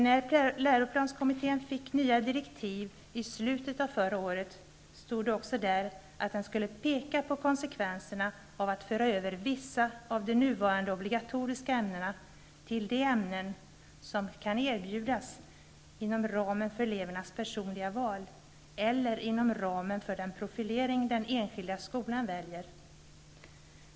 När läroplanskommitten fick nya direktiv i slutet av förra året, stod det också där att den skulle peka på konsekvenserna av att föra över vissa av de nuvarande obligatoriska ämnena till de ämnen som kan erbjudas inom ramen för elevernas personliga val, eller inom ramen för den profilering den enskilda skolan väljer.